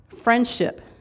friendship